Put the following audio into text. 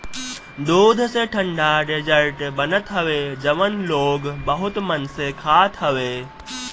दूध से ठंडा डेजर्ट बनत हवे जवन लोग बहुते मन से खात हवे